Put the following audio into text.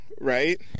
right